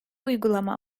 uygulama